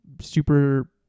super